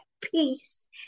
peace